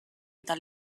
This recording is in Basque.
eta